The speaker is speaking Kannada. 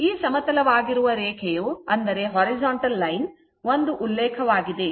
ಈ ಸಮತಲವಾಗಿರುವ ರೇಖೆಯು ಒಂದು ಉಲ್ಲೇಖವಾಗಿದೆ